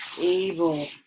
able